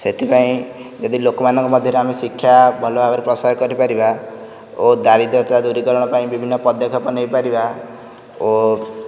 ସେଥିପାଇଁ ଯଦି ଲୋକମାନଙ୍କ ମଧ୍ୟରେ ଆମେ ଶିକ୍ଷା ଭଲ ଭାବରେ ପ୍ରଶୟ କରିପାରିବା ଓ ଦାରିଦ୍ରତା ଦୂରୀକରଣ ପାଇଁ ବିଭିନ୍ନ ପଦକ୍ଷେପ ନେଇପାରିବା ଓ